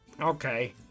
Okay